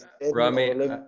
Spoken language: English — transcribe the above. Rami